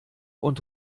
und